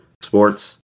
sports